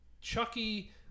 Chucky